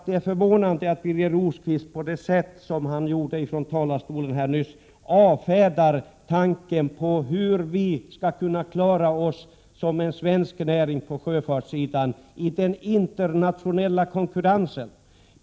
Det är förvånande att Birger Rosqvist på det sätt som han gjorde från talarstolen avfärdar resonemangen om hur vi på sjöfartssidan skall kunna klara oss som svensk näring i den internationella konkurrensen.